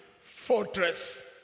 Fortress